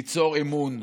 ליצור אמון.